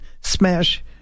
smash